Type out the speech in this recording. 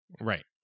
Right